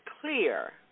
clear